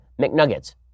McNuggets